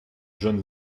john